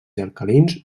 alcalins